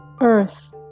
Earth